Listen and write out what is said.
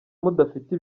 mudafite